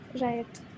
Right